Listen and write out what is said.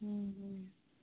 ᱸ